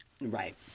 Right